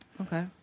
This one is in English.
Okay